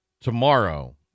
tomorrow